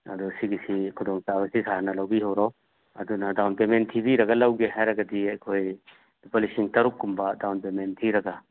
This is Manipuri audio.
ꯑꯗꯨ ꯁꯤꯒꯤꯁꯤ ꯈꯨꯗꯣꯡ ꯆꯥꯕꯁꯤ ꯁꯥꯔꯅ ꯂꯧꯕꯤꯍꯧꯔꯣ ꯑꯗꯨꯅ ꯗꯥꯎꯟ ꯄꯦꯃꯦꯟ ꯊꯤꯕꯤꯔꯒ ꯂꯧꯒꯦ ꯍꯥꯏꯔꯒꯗꯤ ꯑꯩꯈꯣꯏ ꯂꯨꯄꯥ ꯂꯤꯁꯤꯡ ꯇꯔꯨꯛ ꯀꯨꯝꯕ ꯗꯥꯎꯟ ꯄꯦꯃꯦꯟ ꯊꯤꯔꯒ